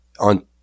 on